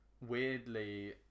weirdly